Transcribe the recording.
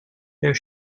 there